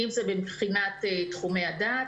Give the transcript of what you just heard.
אם זה מבחינת תחומי הדעת,